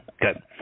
Good